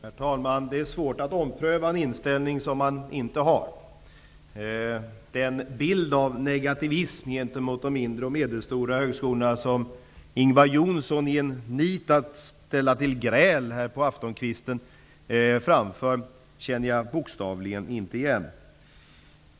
Herr talman! Det är svårt att ompröva en inställning som man inte har. Den bild av negativism gentemot de mindre och medelstora högskolorna som Ingvar Johnsson framför, i en nit att ställa till gräl här på aftonkvisten, känner jag inte igen. Herr talman!